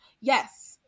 yes